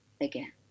again